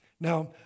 now